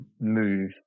move